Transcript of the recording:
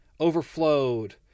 overflowed